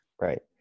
right